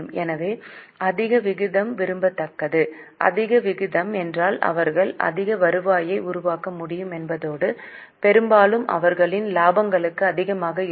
எனவே அதிக விகிதம் விரும்பத்தக்கது அதிக விகிதம் என்றால் அவர்கள் அதிக வருவாயை உருவாக்க முடியும் என்பதோடு பெரும்பாலும் அவர்களின் இலாபங்களும் அதிகமாக இருக்கும்